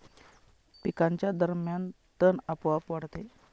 पिकांच्या दरम्यान तण आपोआप वाढते